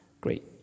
Great